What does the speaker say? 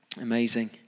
Amazing